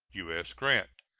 u s. grant.